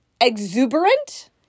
exuberant